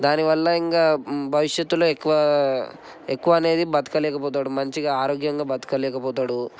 దానివల్ల ఇంకా భవిష్యత్తులో ఎక్కువ ఎక్కువ అనేది బతకలేక పోతాడు మంచిగా ఆరోగ్యంగా బతకలేక పోతాడు